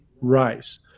rice